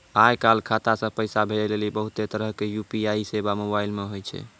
आय काल खाता से पैसा भेजै लेली बहुते तरहो के यू.पी.आई सेबा मोबाइल मे होय छै